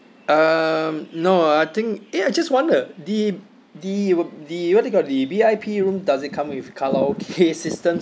um no I think eh I just wonder the the the what they call the V_I_P room does it come with karaoke systems